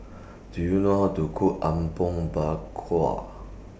Do YOU know How to Cook Apom Berkuah